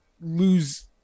lose